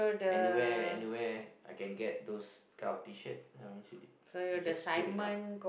anywhere anywhere I can get those type of T-shirt you know what I mean it it's just good enough